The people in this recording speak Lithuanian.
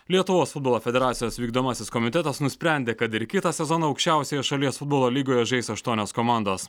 lietuvos futbolo federacijos vykdomasis komitetas nusprendė kad ir kitą sezoną aukščiausioje šalies futbolo lygoje žais aštuonios komandos